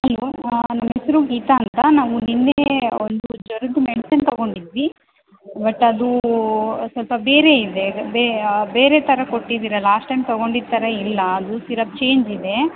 hello ನಮ್ಮ ಹೆಸರು ಗೀತಾ ಅಂತಾ ನಾವು ನಿನ್ನೇ ಒಂದು ಜ್ವರದ ಮೆಡಿಸಿನ್ ತಗೊಂಡಿದ್ವಿ ಬಟ್ ಅದು ಸ್ವಲ್ಪ ಬೇರೆ ಇದೆ ಬೇರೆ ಥರ ಕೊಟ್ಟಿದ್ದೀರಾ ಲಾಸ್ಟ್ ಟೈಮ್ ತಗೊಂಡಿದ್ದು ಥರ ಇಲ್ಲ ಅದು ಸಿರಪ್ ಚೇಂಜ್ ಇದೆ